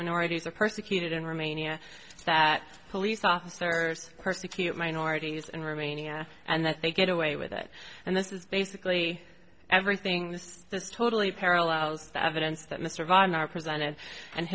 minorities are persecuted in romania that police officers persecute minorities and roumania and that they get away with it and this is basically everything's just totally parallels the evidence that mr wagner are presented and